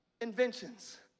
inventions